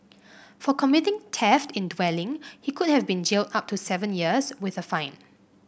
for committing theft in dwelling he could have been jailed up to seven years with a fine